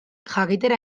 jakitera